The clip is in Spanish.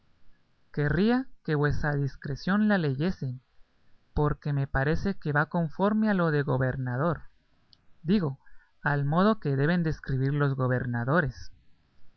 querría que vuestra discreción la leyese porque me parece que va conforme a lo de gobernador digo al modo que deben de escribir los gobernadores